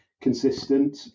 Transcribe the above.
consistent